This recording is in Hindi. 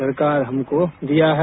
सरकार हमको दिया है